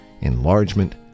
enlargement